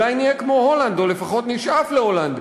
אולי נהיה כמו הולנד, או לפחות נשאף להולנד.